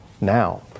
now